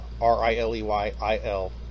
R-I-L-E-Y-I-L